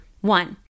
One